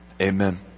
Amen